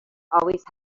always